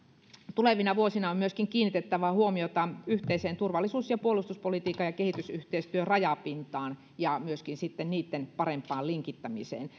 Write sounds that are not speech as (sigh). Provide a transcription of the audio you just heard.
tulevina vuosina on myöskin kiinnitettävä huomiota yhteisen turvallisuus ja puolustuspolitiikan ja kehitysyhteistyön rajapintaan ja sitten myöskin niitten parempaan linkittämiseen (unintelligible)